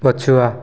ପଛୁଆ